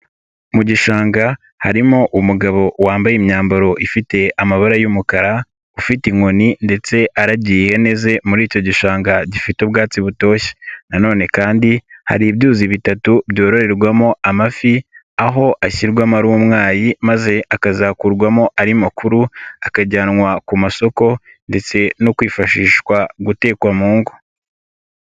Mu gishanga harimo umugabo wambaye imyambaro ifite amabara y'umukara, ufite inkoni ndetse aragiye ihene ze muri icyo gishanga gifite ubwatsi butoshye nanone kandi hari ibyuzi bitatu byororerwamo amafi aho ashyirwamo ari umwayi maze akazakurwamo ari makuru akajyanwa ku masoko ndetse no kwifashishwa gutekwa mu ngo.